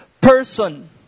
person